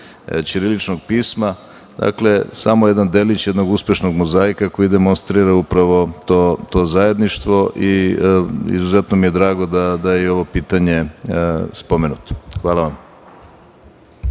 ćiriličnog pisma, samo jedan delić jednog uspešnog mozaika koji demonstrira upravo to zajedništvo i izuzetno mi je drago da je ovo pitanje spomenuto. Hvala vam.